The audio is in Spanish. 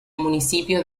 municipio